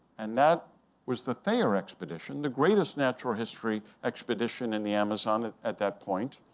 and that was the thayer expedition, the greatest natural history expedition in the amazon at that point.